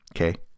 Okay